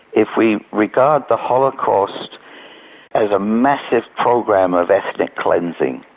if we regard the holocaust as a massive program of ethnic cleansing,